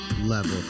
level